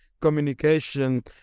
communication